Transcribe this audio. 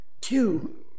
two